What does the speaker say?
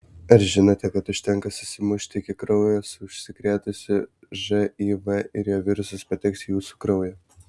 ar žinote kad užtenka susimušti iki kraujo su užsikrėtusiu živ ir jo virusas pateks į jūsų kraują